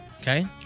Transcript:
okay